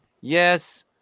Yes